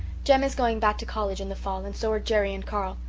jem is going back to college in the fall and so are jerry and carl.